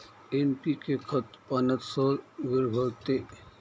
NPK खत पाण्यात सहज विरघळते